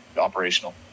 operational